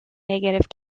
negative